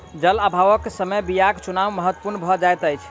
जल अभावक समय बीयाक चुनाव महत्पूर्ण भ जाइत अछि